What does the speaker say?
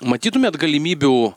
matytumėt galimybių